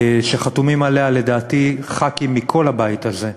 שחתומים עליה, לדעתי, חברי כנסת מכל הבית הזה,